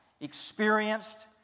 experienced